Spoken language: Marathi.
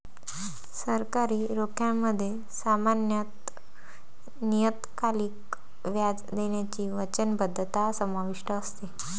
सरकारी रोख्यांमध्ये सामान्यत नियतकालिक व्याज देण्याची वचनबद्धता समाविष्ट असते